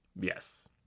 Yes